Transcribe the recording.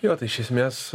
jo tai iš esmės